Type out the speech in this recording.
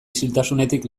isiltasunetik